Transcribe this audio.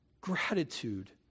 Gratitude